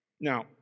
Now